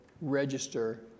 register